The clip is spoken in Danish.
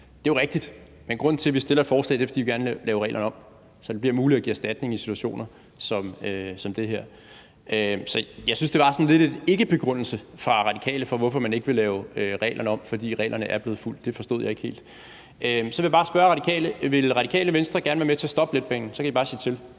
Det er jo rigtigt. Men grunden til, at vi har fremsat et forslag, er, at vi gerne vil lave reglerne om, så det bliver muligt at give erstatning i situationer som den her. Så jeg synes, det var sådan lidt en ikkebegrundelse fra Radikale for, hvorfor man ikke vil lave reglerne om, nemlig at det er, fordi reglerne er blevet fulgt. Det forstod jeg ikke helt. Så vil jeg spørge Radikale, om Radikale Venstre vil være med til at stoppe letbanen, for så kan I bare sige til.